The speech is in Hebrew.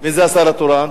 מי השר התורן?